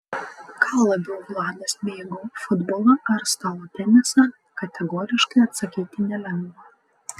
ką labiau vladas mėgo futbolą ar stalo tenisą kategoriškai atsakyti nelengva